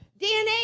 DNA